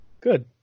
Good